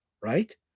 right